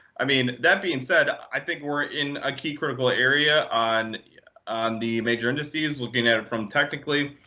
i mean, that being said, i think we're in a key critical area on on the major indices, looking at it from technically.